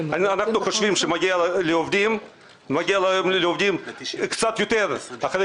אנחנו חושבים שמגיע לעובדים קצת יותר אחרי